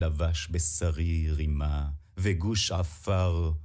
לבש בשרי רימה וגוש עפר.